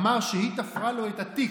אמר שהיא תפרה לו את התיק,